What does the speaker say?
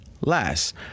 less